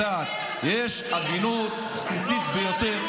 את יודעת, יש הגינות בסיסית ביותר,